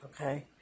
okay